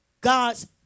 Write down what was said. God's